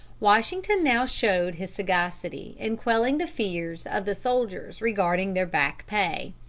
washington now showed his sagacity in quelling the fears of the soldiers regarding their back pay.